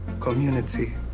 community